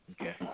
Okay